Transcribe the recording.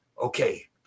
okay